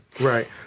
Right